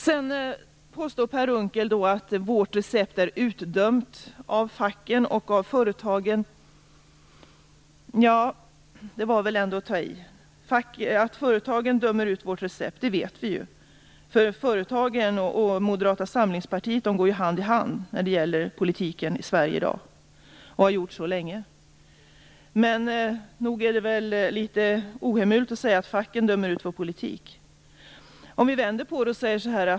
Sedan påstår Per Unckel att vårt recept är utdömt av facken och av företagen. Det var väl ändå att ta i. Att företagen dömer ut vårt recept vet vi ju; företagen och Moderata samlingspartiet går ju hand i hand när det gäller politiken i Sverige i dag, och har länge gjort så. Men nog är det väl litet ohemult att säga att facken dömer ut vår politik!